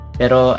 pero